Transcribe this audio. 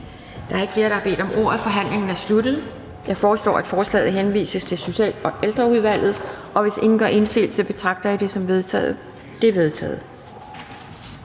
Da der ikke er flere, der har bedt om ordet, er forhandlingen sluttet. Jeg foreslår, at forslaget henvises til Forsvarsudvalget. Hvis ingen gør indsigelse, betragter jeg det som vedtaget. Det er vedtaget.